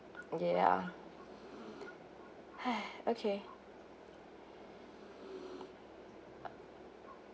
ya okay